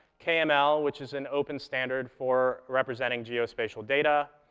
kml, which is an open standard for representing geospatial data,